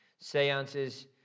Seances